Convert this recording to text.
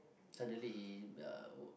suddenly he uh